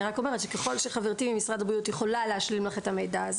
ככל שחברתי ממשרד הבריאות יכולה להשלים לך את המידע,